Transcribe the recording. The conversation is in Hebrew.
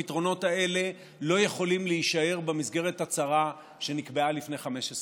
הפתרונות האלה לא יכולים להישאר במסגרת הצהרה שנקבעה לפני 15 שנה.